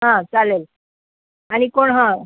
हां चालेल आणि कोण हं